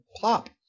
pop